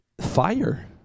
fire